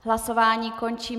Hlasování končím.